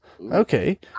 okay